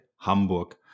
Hamburg